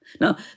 Now